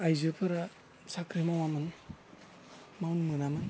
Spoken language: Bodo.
आइजोफोरा साख्रि मावामोन मावनो मोनामोन